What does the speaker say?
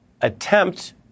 attempt